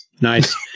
Nice